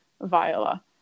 Viola